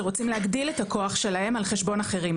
שרוצים להגדיל את הכוח שלהם על חשבון אחרים,